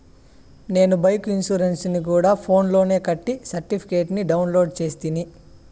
నేను బైకు ఇన్సూరెన్సుని గూడా ఫోన్స్ లోనే కట్టి సర్టిఫికేట్ ని డౌన్లోడు చేస్తిని